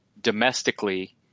domestically